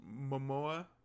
momoa